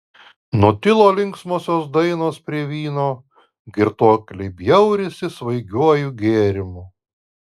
nutilo linksmosios dainos prie vyno girtuokliai bjaurisi svaigiuoju gėrimu